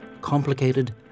complicated